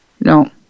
no